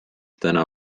täna